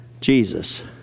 Jesus